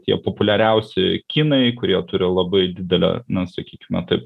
tie populiariausi kinai kurie turi labai didelę na sakykime taip